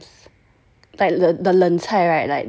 like the the 冷菜 right like